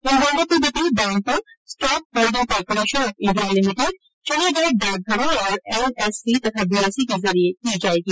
इन बॉण्डो की बिक्री बैंकों stock holding corporation of India limited चुने गए डाकघरों और एनएससी तथा बीएसई के जरिए की जाएगी